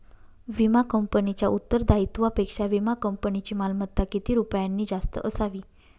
विमा कंपनीच्या उत्तरदायित्वापेक्षा विमा कंपनीची मालमत्ता किती रुपयांनी जास्त असावी?